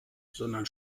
sondern